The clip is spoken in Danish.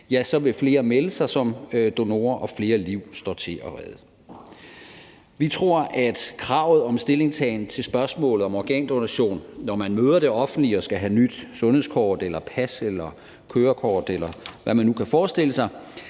så vil flere melde sig som donorer og flere liv står til at redde. Vi tror, at kravet om stillingtagen til spørgsmålet om organdonation, når man møder det offentlige og skal have nyt sundhedskort eller pas eller kørekort, eller hvad man nu kan forestille sig,